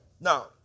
Now